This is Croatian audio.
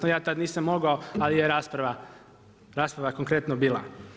Ali ja tad nisam mogao ali je rasprava konkretno bila.